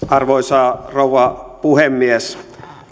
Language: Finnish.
arvoisa rouva puhemies